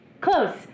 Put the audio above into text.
close